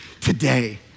today